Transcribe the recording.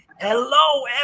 hello